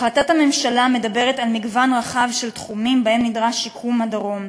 החלטת הממשלה מדברת על מגוון רחב של תחומים שבהם נדרש שיקום הדרום: